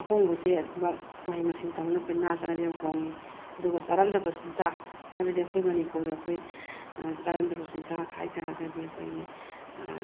ꯑꯍꯣꯡꯕꯁꯦ ꯑꯗꯨꯝꯃꯛ ꯃꯍꯩ ꯃꯁꯤꯡ ꯇꯝꯃꯨꯔꯒ ꯑꯩꯈꯣꯏ ꯅꯥꯠ ꯆꯠꯅꯕꯤ ꯑꯃ ꯈꯣꯡꯏ ꯑꯗꯨꯒ ꯆꯥꯔꯝꯗꯕ ꯆꯤꯟꯖꯥꯛ ꯍꯥꯏꯕꯗꯤ ꯑꯩꯈꯣꯏ ꯃꯅꯤꯄꯨꯔꯗ ꯑꯩꯈꯣꯏ ꯆꯔꯝꯗꯕ ꯆꯤꯟꯖꯥꯛ ꯍꯥꯏ ꯇꯥꯔꯒꯗꯤ ꯑꯩꯈꯣꯏꯒꯤ